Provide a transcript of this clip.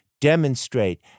demonstrate